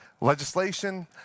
legislation